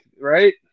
right